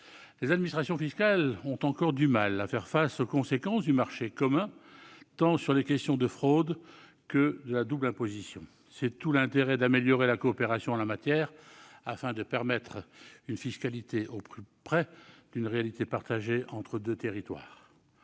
Les administrations fiscales ont encore du mal à faire face aux conséquences du marché commun, sur les questions tant de fraude que de double imposition. C'est tout l'intérêt d'améliorer la coopération en la matière, afin de favoriser une fiscalité au plus près d'une réalité partagée entre deux territoires.